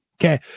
Okay